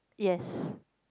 yes